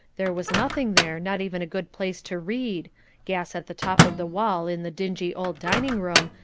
there was nothing there, not even a good place to read gas at the top of the wall in the dingy old dining-room,